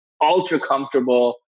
ultra-comfortable